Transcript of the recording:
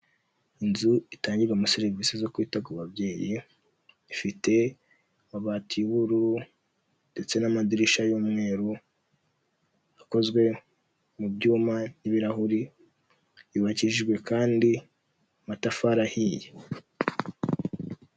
Inzu itangirwamo serivisi zo kwita ku babyeyi, ifite amabati y'ubururu ndetse n'amadirishya y'umweru, akozwe mu byuma n'ibirahuri, yubakishijwe kandi amatafari ahiye.